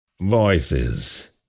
Voices